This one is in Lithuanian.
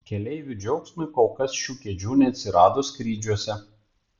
keleivių džiaugsmui kol kas šių kėdžių neatsirado skrydžiuose